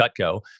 Cutco